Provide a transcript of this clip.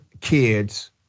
kids